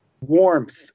warmth